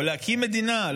או להקים מדינה,